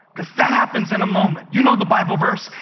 because that happens in a moment. you know the bible verse.